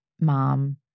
mom